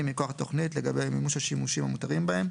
מכוח תוכנית לגבי מימוש השימושים המותרים בהם,